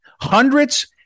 Hundreds